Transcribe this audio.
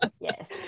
Yes